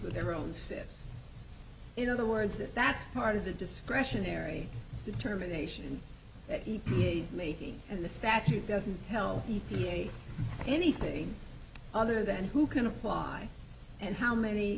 with their own sieve in other words if that's part of the discretionary determination that he's making and the statute doesn't tell you anything other than who can apply and how many